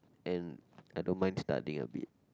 and I don't mind studying a bit